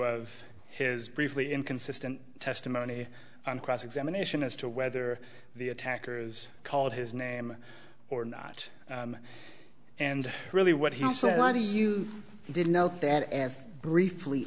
of his briefly inconsistent testimony on cross examination as to whether the attackers called his name or not and really what he said monday you didn't know that as briefly